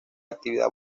actividad